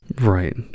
Right